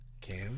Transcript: Cam